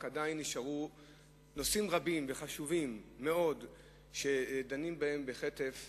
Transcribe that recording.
עדיין נשארו נושאים רבים וחשובים מאוד שדנים בהם בחטף,